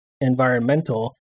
environmental